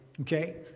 Okay